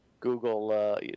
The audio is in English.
Google